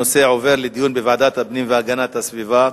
הנושא עובר לדיון בוועדת הפנים והגנת הסביבה.